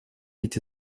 эти